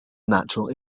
natural